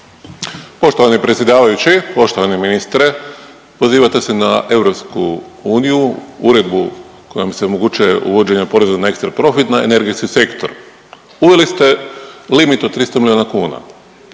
Poštovani predsjedavajući, poštovani ministre. Pozivate se na EU, uredbu kojom se omogućuje uvođenje poreza na ekstraprofit na energetski sektor. Uveli ste limit od 300 milijuna kuna.